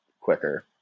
quicker